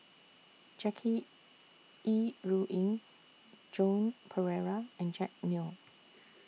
Jackie Yi Ru Ying Joan Pereira and Jack Neo